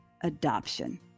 adoption